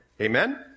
amen